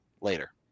later